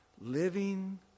living